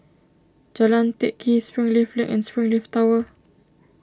Jalan Teck Kee Springleaf Link and Springleaf Tower